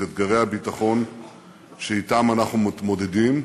אתגרי הביטחון שאתם אנחנו מתמודדים,